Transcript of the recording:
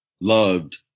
loved